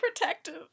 protective